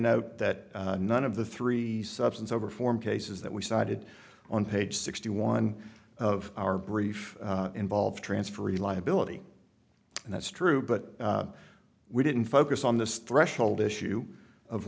know that none of the three substance over form cases that we cited on page sixty one of our brief involved transfer reliability and that's true but we didn't focus on this threshold issue of